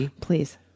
Please